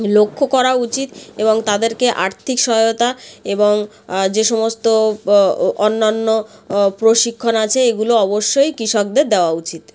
লক্ষ করা উচিত এবং তাদেরকে আর্থিক সহায়তা এবং যে সমস্ত ও অন্যান্য প্রশিক্ষণ আছে এগুলো অবশ্যই কৃষকদের দেওয়া উচিত